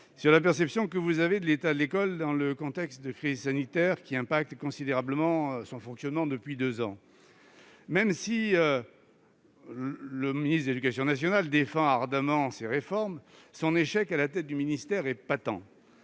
sur votre perception de l'état de l'école, alors que le contexte de crise sanitaire affecte considérablement son fonctionnement depuis deux ans. Même si le ministre de l'éducation nationale défend ardemment ses réformes, son échec à la tête du ministère est patent.